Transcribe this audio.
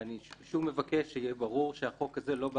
ואני שוב מבקש שיהיה ברור שהחוק הזה לא בא